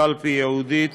קלפי ייעודית